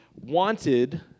wanted